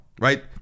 right